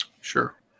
Sure